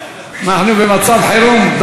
אנחנו במצב חירום,